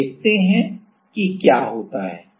तो देखते हैं कि क्या होता है